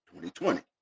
2020